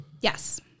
Yes